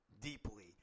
deeply